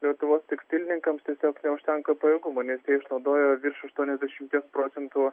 lietuvos tekstilininkams tiesiog neužtenka pajėgumo nes jie išnaudojo virš aštuoniasdešimties procentų